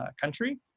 country